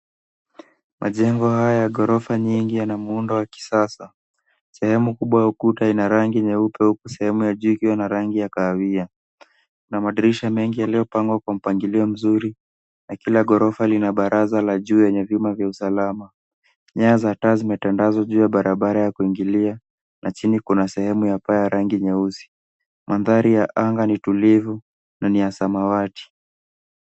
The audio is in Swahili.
Majengo haya ya gorofa nyingi yana muundo wa kisasa. Sehemu kubwa ya ukuta ina rangi nyeupe, huku sehemu ya juu ikiwa na rangi ya kahawia. Kuna madirisha mengi yaliyopangwa kwa mpangilio mzuri na kila gorofa lina baraza la juu lenye vyuma vya usalama. Nyaa za taa zimetandazwa juu ya barabara ya kuingililia na chini kuna sehemu ya paa ya rangi nyeusi. Mandhari ya anga ni tulivu na ni ya samawati.